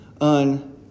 on